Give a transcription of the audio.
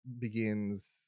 begins